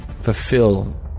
fulfill